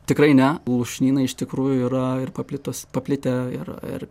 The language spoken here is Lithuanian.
tikrai ne lūšnynai iš tikrųjų yra ir paplitus paplitę ir ir